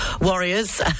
warriors